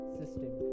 system